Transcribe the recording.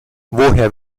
woher